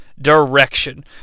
direction